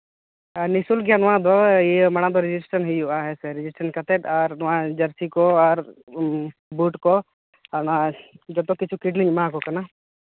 ᱟᱨ ᱱᱤᱥᱩᱞ ᱜᱮᱭᱟ ᱱᱚᱣᱟ ᱫᱚ ᱤᱭᱟᱹ ᱢᱟᱲᱟᱝ ᱫᱚ ᱨᱮᱡᱤᱥᱴᱟᱨ ᱦᱩᱭᱩᱜᱼᱟ ᱦᱮᱸᱥᱮ ᱨᱮᱡᱤᱥᱴᱨᱮᱥᱮᱱ ᱠᱟᱛᱮᱫ ᱱᱚᱣᱟ ᱡᱟᱹᱨᱥᱤ ᱠᱚ ᱟᱨ ᱵᱩᱴ ᱠᱚ ᱟᱨ ᱚᱱᱟ ᱡᱚᱛᱚ ᱠᱤᱪᱷᱩ ᱠᱤᱴ ᱞᱤᱧ ᱮᱢᱟ ᱠᱚ ᱠᱟᱱᱟ